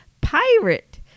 pirate